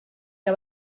que